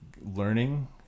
learning